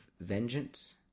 vengeance